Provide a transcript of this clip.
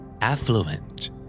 Affluent